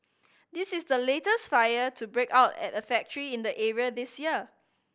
this is the latest fire to break out at a factory in the area this year